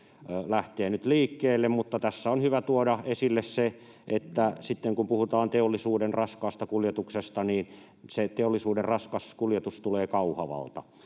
lähtee nyt liikkeelle, mutta tässä on hyvä tuoda esille se, että sitten kun puhutaan teollisuuden raskaasta kuljetuksesta, niin se teollisuuden raskas kuljetus tulee Kauhavalta.